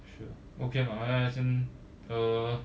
sure okay mah as in uh